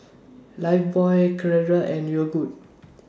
Lifebuoy Carrera and Yogood